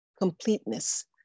completeness